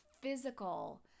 physical